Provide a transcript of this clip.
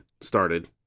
started